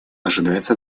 ожидается